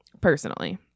personally